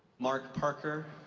mark parker,